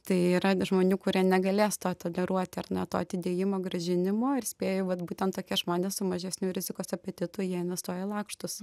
tai yra žmonių kurie negalės to toleruoti ar ne to atidėjimo grąžinimo ir spėju vat būtent tokie žmonės su mažesniu rizikos apetitu jie investuoja į lakštus